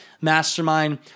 mastermind